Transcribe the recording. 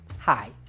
Hi